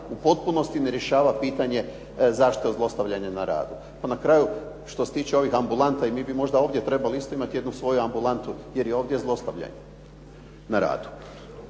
u potpunosti ne rješava pitanje zaštite od zlostavljanja na radu. Pa na kraju što se tiče ovih ambulanta, i mi možda ovdje trebali isto imati jednu svoju ambulantu jer je ovdje zlostavljanje na radu.